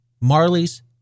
Marley's